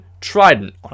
Trident